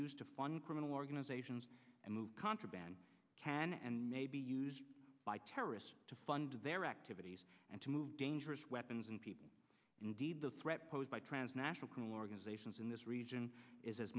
to fund criminal organizations and move contraband can and may be used by terrorists to fund their activities and to move dangerous weapons and people indeed the threat posed by transnational criminal organizations in this region is as